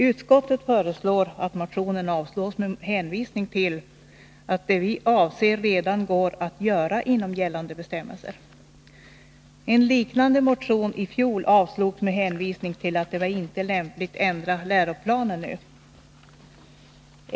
Utskottet föreslår att motionen avslås med hänvisning till att det vi avser redan går att göra inom gällande bestämmelser. En liknande motion i fjol avstyrkes med hänvisning till att det inte var lämpligt att ändra läroplanen nu.